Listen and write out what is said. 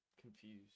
confused